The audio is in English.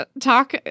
talk